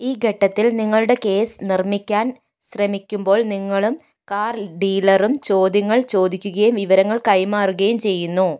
ഈ ഘട്ടത്തിൽ നിങ്ങളുടെ കേസ് നിർമ്മിക്കാൻ ശ്രമിക്കുമ്പോൾ നിങ്ങളും കാർ ഡീലറും ചോദ്യങ്ങൾ ചോദിക്കുകയും വിവരങ്ങൾ കൈമാറുകയും ചെയ്യുന്നു